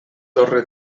torre